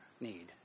need